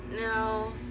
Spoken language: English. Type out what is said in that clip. no